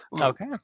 okay